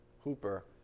Hooper